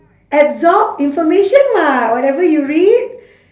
absorb information [what] whatever you read